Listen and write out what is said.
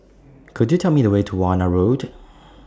Could YOU Tell Me The Way to Warna Road